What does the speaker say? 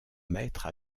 maître